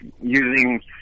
using